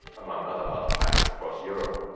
among other artifacts across europe.